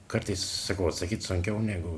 kartais sakau atsakyt sunkiau negu